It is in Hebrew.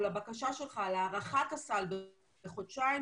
או לבקשה שלך להארכת הסל בחודשיים,